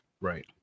Right